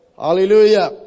Hallelujah